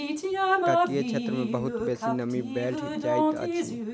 तटीय क्षेत्र मे बहुत बेसी नमी बैढ़ जाइत अछि